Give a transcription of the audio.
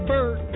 Bird